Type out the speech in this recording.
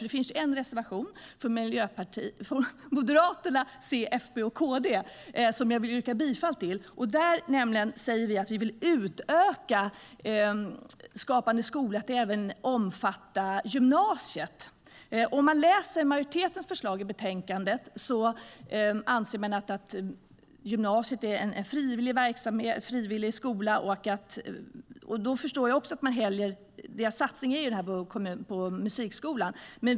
Det finns en reservation i ärendet från Moderaterna, C, FP och KD, som jag vill yrka bifall till. Där säger vi att vi vill utöka Skapande skola till att även omfatta gymnasiet.I majoritetens förslag i betänkandet anser man att gymnasiet är en frivillig skolform. Då förstår jag att man gör sin satsning på musikskolan i stället.